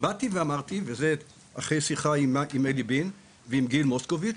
באתי ואמרתי וזה אחרי שיחה עם אלי בין ועם גיל מוסקוביץ'